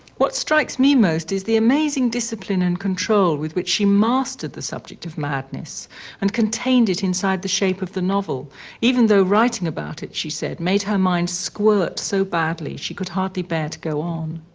what strikes me most is the amazing discipline and control with which she mastered the subject of madness and contained it inside the shape of the novel even though writing about it, she said, made her mind squirt so badly she could hardly bear to go on.